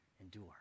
endure